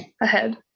ahead